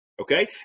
okay